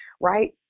right